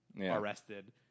arrested